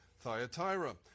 Thyatira